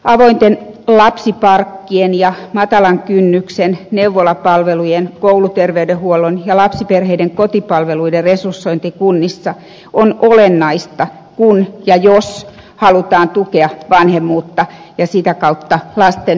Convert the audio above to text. avointen lapsiparkkien ja matalan kynnyksen neuvolapalvelujen kouluterveydenhuollon ja lapsiperheiden kotipalveluiden resursointi kunnissa on olennaista kun ja jos halutaan tukea vanhemmuutta ja sitä kautta lasten hyvinvointia